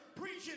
preaching